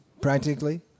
practically